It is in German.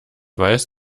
weiß